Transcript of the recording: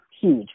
huge